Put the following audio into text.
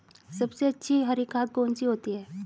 सबसे अच्छी हरी खाद कौन सी होती है?